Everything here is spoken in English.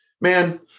man